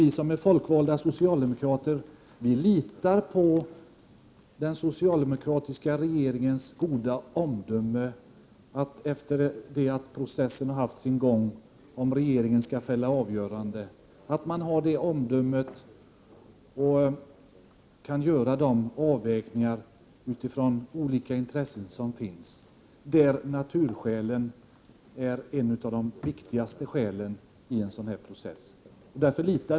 Vi folkvalda socialdemokratiska riksdagsledamöter litar på att den socialdemokratiska regeringen, sedan processen haft sin gång och regeringen skall fälla avgörandet, visar gott omdöme och gör nödvändiga avvägningar utifrån olika intressen. Naturintresset är ett av de viktigaste intressena i en sådan process.